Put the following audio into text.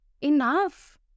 Enough